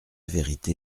vérité